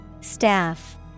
Staff